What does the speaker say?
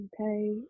okay